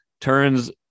turns